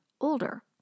older